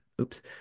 oops